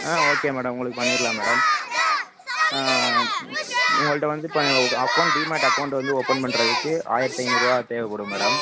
ஆ okay madam உங்களுக்கு பண்ணிடலாம் madam உங்கள்ட்ட வந்து இப்போ அக்கௌண்ட் டீமேட் அக்கௌண்ட் வந்து ஓப்பன் பண்ணுறதுக்கு ஆயிரத்தி ஐநூறுரூவா தேவைப்படும் மேடம்